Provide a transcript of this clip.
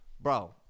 bro